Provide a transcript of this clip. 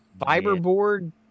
fiberboard